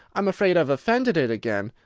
i'm afraid i've offended it again!